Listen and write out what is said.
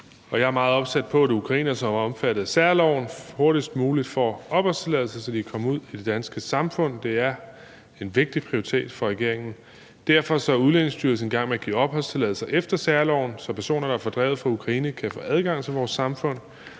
jeg er meget opsat på, at ukrainere, som er omfattet af særloven, hurtigst muligt får opholdstilladelse, så de kan komme ud i det danske samfund. Det er en vigtig prioritet for regeringen. Derfor er Udlændingestyrelsen i gang med at give opholdstilladelser efter særloven, så personer, der er fordrevet fra Ukraine, kan få adgang til vores samfund.